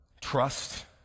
Trust